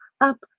up